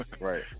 right